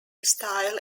style